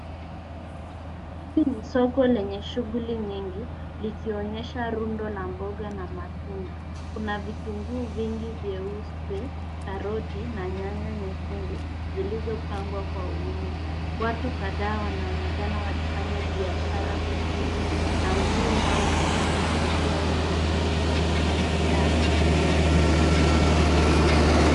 Hili ni soko lenye shughuli nyingi likionyesa rundo la mboga na matunda. Kuna vitunguu vingi vyeupe, karoti na nyanya nyekundu, zilizopangwa kwa wingi. Watu kadhaa wanaonekana wakifanya biashara sokoni na nguo au vitambaa vikiwa vimetundikwa kama bidhaa zinazouzwa.